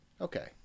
Okay